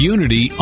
Unity